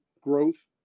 growth